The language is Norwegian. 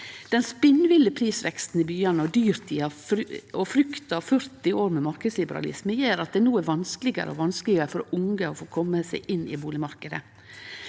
Den spinnville prisveksten i byane, dyrtida og frukta av 40 år med marknadsliberalisme gjer at det no er vanskelegare og vanskelegare for unge å kome seg inn i bustadmarknaden.